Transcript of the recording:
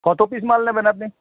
কত পিস মাল নেবেন আপনি